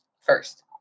First